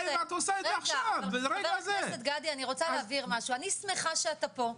אני שמחה שאתה פה.